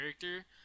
character